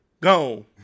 gone